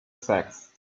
sax